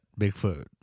Bigfoot